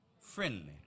friendly